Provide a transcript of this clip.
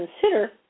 consider